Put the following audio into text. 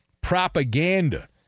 propaganda